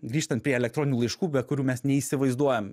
grįžtant prie elektroninių laiškų be kurių mes neįsivaizduojam